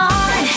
on